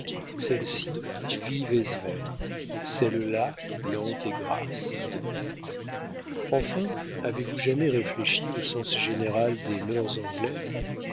celle-ci vive et svelte celle-là lente et grasse enfin avez-vous jamais réfléchi au sens général des mœurs anglaises